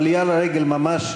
עלייה לרגל ממש,